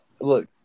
Look